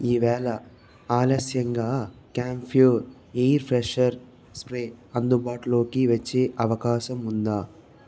ఈవేళ ఆలస్యంగా కాంప్యూర్ ఎయిర్ ఫ్రెషర్ స్ప్రే అందుబాటులోకి వచ్చే అవకాశం ఉందా